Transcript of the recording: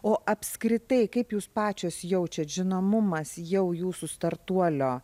o apskritai kaip jūs pačios jaučiate žinomumas jau jūsų startuolio